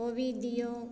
कोबी दियौ